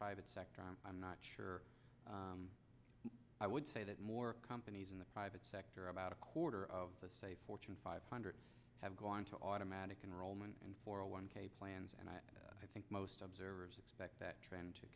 private sector i'm not sure i would say that more companies in the private sector about a quarter of the say fortune five hundred have gone to automatic enrollment for a one k plans and i think most observers expect that trend to